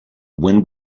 when